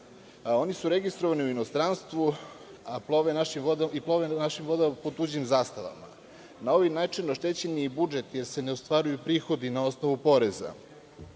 Oni su registrovani u inostranstvu, i plove na našim vodama pod tuđim zastavama. Na ovaj način oštećen je i budžet, jer se ne ostvaruju prihodi na osnovu poreza.